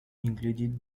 included